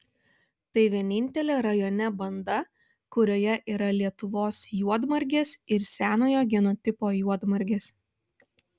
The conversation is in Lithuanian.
tai vienintelė rajone banda kurioje yra lietuvos juodmargės ir senojo genotipo juodmargės